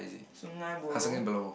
Sungei-Buloh